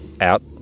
out